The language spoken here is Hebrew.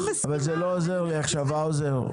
אבל זה לא עוזר לי עכשיו, האוזר.